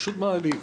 פשוט מעליב.